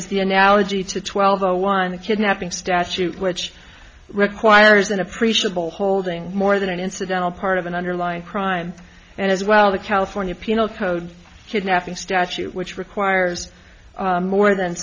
is the analogy to twelve zero one the kidnapping statute which requires an appreciable holding more than an incidental part of an underlying crime and as well the california penal code kidnapping statute which requires more th